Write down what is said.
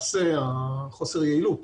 חוסר היעילות